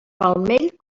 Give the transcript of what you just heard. palmell